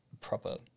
proper